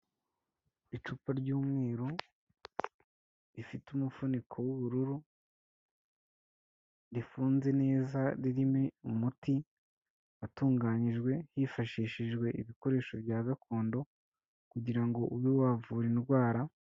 Icupa ry'umweru rifite umufuniko w'ubururu, rifunze neza, ririmo umuti utunganyijwe hifashishijwe ibikoresho bya gakondo ,kugira ngo ube wavura indwara.